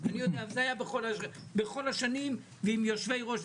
- זה היה בכל השנים ועם יושבי ראש.